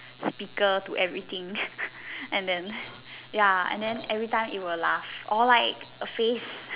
speaker to everything and then ya and then every time it will laugh or like a face